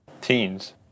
Teens